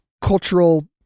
cultural